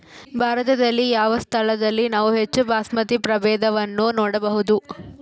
ಭಾರತದಲ್ಲಿ ಯಾವ ಸ್ಥಳದಲ್ಲಿ ನಾವು ಹೆಚ್ಚು ಬಾಸ್ಮತಿ ಪ್ರಭೇದವನ್ನು ನೋಡಬಹುದು?